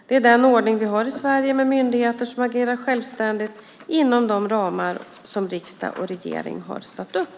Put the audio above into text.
Det är den ordning vi har i Sverige med myndigheter som agerar självständigt inom de ramar som riksdag och regering har satt upp.